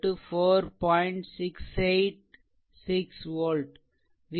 686 volt v2 2